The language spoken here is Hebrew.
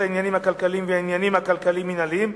העניינים הכלכליים והעניינים הכלכליים-מינהליים,